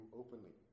openly